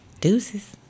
Deuces